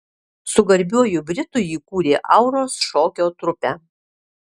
su garbiuoju britu jį kūrė auros šokio trupę